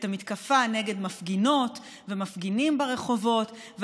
על המתקפה נגד מפגינות ומפגינים ברחובות,